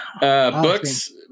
Books